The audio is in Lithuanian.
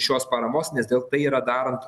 šios paramos nes dėl tai yra darant